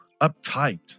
uptight